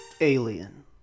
Alien